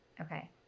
okay